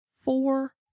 four